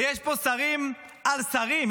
ויש פה שרים על שרים,